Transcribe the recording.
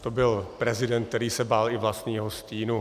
To byl prezident, který se bál i vlastního stínu.